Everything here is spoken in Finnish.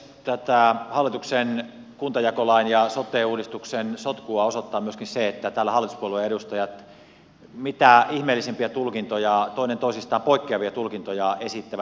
tätä hallituksen kuntajakolain ja sote uudistuksen sotkua osoittaa myöskin se että täällä hallituspuolueen edustajat mitä ihmeellisimpiä tulkintoja toinen toisistaan poikkeavia tulkintoja esittävät